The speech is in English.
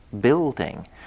building